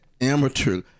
amateur